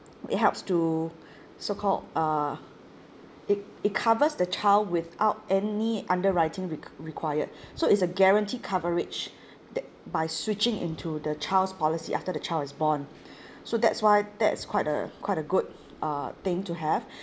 it helps to so called uh it it covers the child without any underwriting req~ required so it's a guarantee coverage th~ by switching into the child's policy after the child is born so that's why that's quite a quite a good uh thing to have